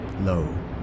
low